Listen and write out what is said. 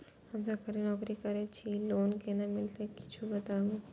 हम सरकारी नौकरी करै छी लोन केना मिलते कीछ बताबु?